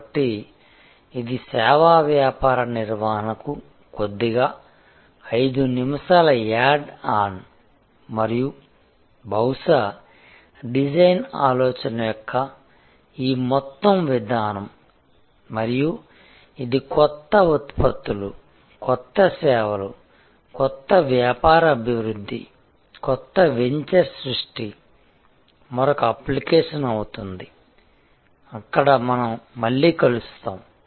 కాబట్టి ఇది సేవా వ్యాపార నిర్వహణకు కొద్దిగా 5 నిమిషాల యాడ్ ఆన్ మరియు బహుశా డిజైన్ ఆలోచన యొక్క ఈ మొత్తం విధానం మరియు ఇది కొత్త ఉత్పత్తులు కొత్త సేవలు కొత్త వ్యాపార అభివృద్ధి కొత్త వెంచర్ సృష్టి మరొక అప్లికేషన్ అవుతుంది అక్కడ మనం మళ్లీ కలుస్తాము